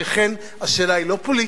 שכן השאלה היא לא פוליטית.